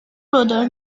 brother